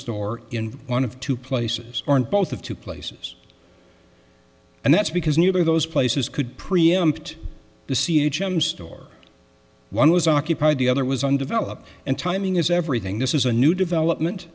store in one of two places or in both of two places and that's because neither of those places could preempt the c h m store one was occupied the other was undeveloped and timing is everything this is a new development